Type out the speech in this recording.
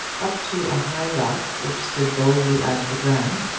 up to a high rock which stood boldly out of the ground,